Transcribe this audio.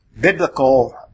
biblical